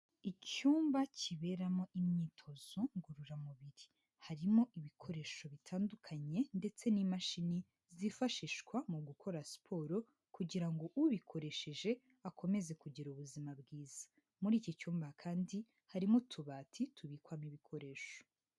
Icyumba kiberamo imyitozo ngororamubiri. Harimo ibikoresho bitandukanye ndetse n'imashini zifashishwa mu gukora siporo kugira ngo ubikoresheje akomeze kugira ubuzima bwiza, muri iki cyumba kandi harimo utubati tubikwamo ibikoresho.